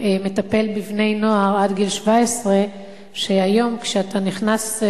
מטפל בבני-נוער עד גיל 17. היום כשאתה נכנס,